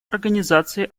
организации